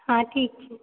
हाँ ठीक छै